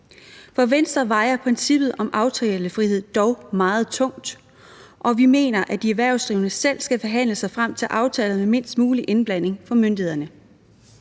For Venstre vejer princippet om aftalefrihed dog meget tungt, og vi mener, at de erhvervsdrivende selv skal forhandle sig frem til aftaler med mindst mulig indblanding fra myndighedernes